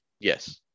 Yes